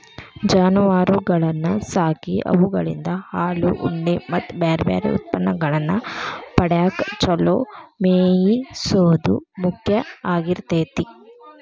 ಜಾನುವಾರಗಳನ್ನ ಸಾಕಿ ಅವುಗಳಿಂದ ಹಾಲು, ಉಣ್ಣೆ ಮತ್ತ್ ಬ್ಯಾರ್ಬ್ಯಾರೇ ಉತ್ಪನ್ನಗಳನ್ನ ಪಡ್ಯಾಕ ಚೊಲೋ ಮೇಯಿಸೋದು ಮುಖ್ಯ ಆಗಿರ್ತೇತಿ